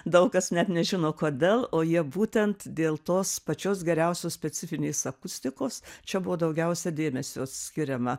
daug kas net nežino kodėl o jie būtent dėl tos pačios geriausios specifinės akustikos čia buvo daugiausia dėmesio skiriama